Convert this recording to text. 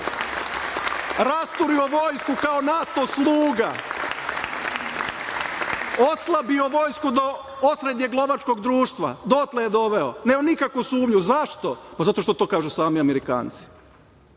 je vojsku kao NATO sluga. Oslabio vojsku do poslednjeg lovačkog društva. Dotle je doveo. Nema nikakvu sumnju. Zašto? Zato što to kažu sami Amerikanci.